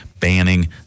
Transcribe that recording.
Banning